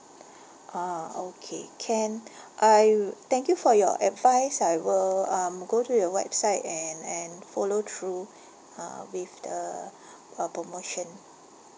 ah okay can I'll thank you for your advice I will um go to your website and and follow through uh with the uh promotion